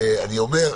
אומר,